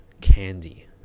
candy